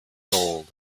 gold